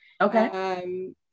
Okay